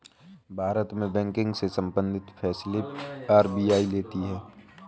भारत में बैंकिंग से सम्बंधित फैसले आर.बी.आई लेती है